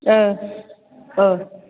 ओह औ